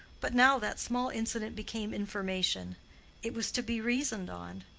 but now that small incident became information it was to be reasoned on.